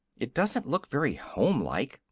it doesn't look very homelike,